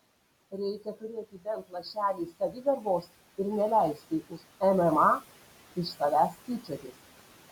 reikia turėti bent lašelį savigarbos ir neleisti už mma iš savęs tyčiotis